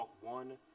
one